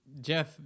Jeff